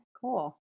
cool